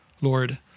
Lord